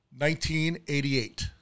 1988